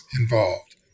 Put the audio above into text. involved